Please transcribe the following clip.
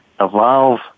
evolve